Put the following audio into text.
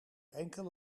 enkele